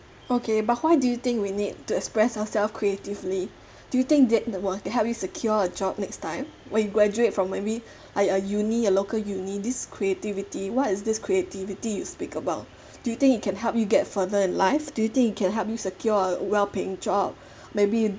okay but why do you think we need to express our self creatively do you think it will help you secure a job next time when you graduate from maybe uh uh uni a local uni this creativity what is this creativity you speak about do you think it can help you get further in life do you think it can help you secure a well paying job maybe